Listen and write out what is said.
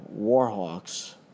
warhawks